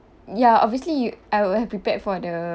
ya obviously I would have prepared for the